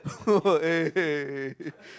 oh eh eh